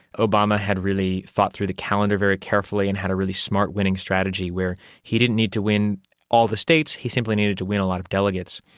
obama had really thought through the calendar very carefully and had a really smart winning strategy where he didn't need to win all the states, he simply needed to win a lot of delegates.